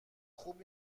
خوب